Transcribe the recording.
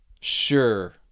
sure